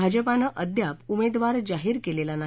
भाजपानं अद्याप उमेदवार जाहिर केलेला नाही